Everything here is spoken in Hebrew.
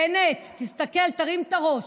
בנט, תסתכל, תרים את הראש,